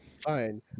Fine